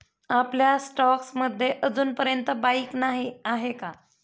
आपल्या स्टॉक्स मध्ये अजूनपर्यंत बाईक नाही आहे का?